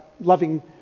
loving